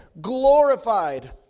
glorified